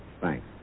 Thanks